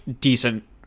decent